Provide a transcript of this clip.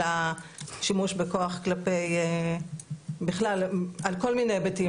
השימוש בכוח בכלל על כל מיני היבטים,